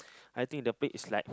I think the place is like